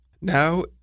Now